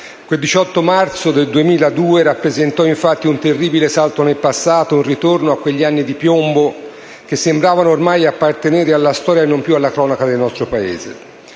Quel 19 marzo del 2002 rappresentò infatti un terribile salto nel passato, un ritorno a quegli anni di piombo che sembravano ormai appartenere alla storia e non più alla cronaca del nostro Paese.